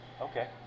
Okay